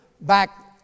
back